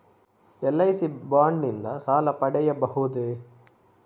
LIC bond ನಿಂದ ಸಾಲ ಪಡೆಯಬಹುದೇ?